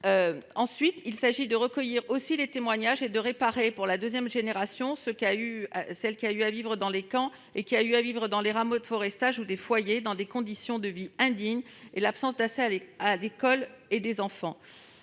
Ensuite, il s'agit de recueillir les témoignages et de réparer [les préjudices] pour la deuxième génération qui a eu à vivre les camps, qui a eu à vivre les hameaux de forestage ou les foyers dans des conditions de vie indignes et l'absence d'accès à l'école pour les enfants.